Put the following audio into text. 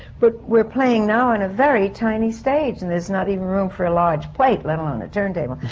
but we're playing now in a very tiny stage, and there's not even room for a large plate, let alone a turntable.